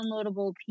downloadable